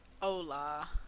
Hola